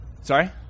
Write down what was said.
sorry